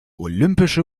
olympische